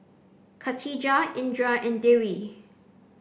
Khatijah Indra and Dewi